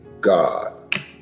God